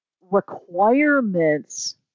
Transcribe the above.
requirements